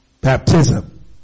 Baptism